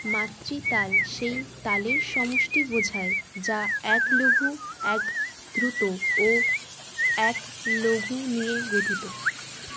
মাতৃতাল সেই তালের সমষ্টি বোঝায় যা এক লঘু এক দ্রুত ও এক লঘু নিয়ে গঠিত